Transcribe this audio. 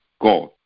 God